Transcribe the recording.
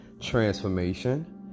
transformation